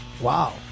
Wow